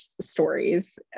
stories